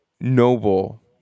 noble